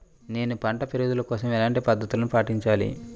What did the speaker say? నేను పంట పెరుగుదల కోసం ఎలాంటి పద్దతులను పాటించాలి?